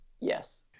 yes